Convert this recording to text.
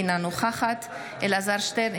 אינה נוכחת אלעזר שטרן,